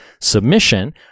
submission